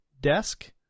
desk